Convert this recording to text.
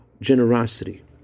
generosity